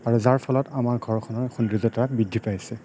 আৰু যাৰ ফলত আমাৰ ঘৰখনৰ সৌন্দৰ্য্য়তা বৃদ্ধি পাইছে